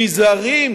נזהרים